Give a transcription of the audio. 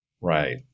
right